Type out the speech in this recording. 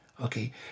okay